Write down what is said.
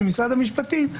של משרד המשפטים,